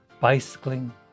bicycling